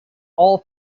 all